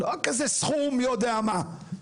לא כזה סכום מי יודע מה.